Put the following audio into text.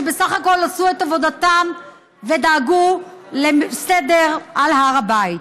שבסך הכול עשו את עבודתם ודאגו לסדר על הר הבית.